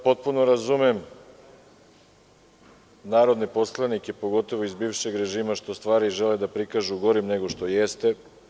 Potpuno razumem narodne poslanike, pogotovu iz bivšeg režima što žele da stvari prikažu gorim nego što jeste.